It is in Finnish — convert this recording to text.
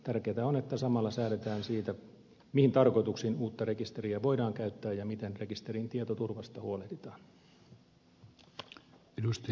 tärkeintä on että samalla säädetään siitä mihin tarkoitukseen uutta rekisteriä voidaan käyttää ja miten rekisterin tietoturvasta huolehditaan